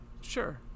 Sure